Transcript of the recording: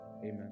Amen